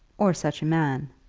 or such a man.